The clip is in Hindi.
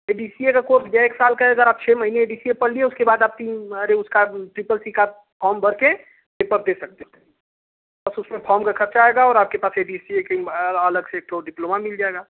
ये डी सी ए का कोर्स भैया एक साल का है अगर आप छः महीने डी सी ए पढ़ लिये उसके बाद आपकी अरे उसका ट्रिपल सी का फॉम भर के पेपर दे सकते हैं बस उसमें फॉम का खर्च आयेगा और आपके पास डी सी ए का अलग से एक तो डिप्लोमा मिल जायेगा